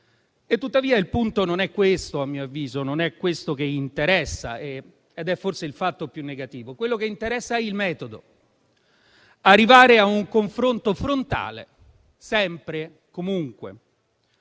a mio avviso, il punto non è questo; non è questo che interessa ed è forse il fatto più negativo. Quello che interessa è il metodo: arrivare a un confronto frontale, sempre e comunque.